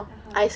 (uh huh)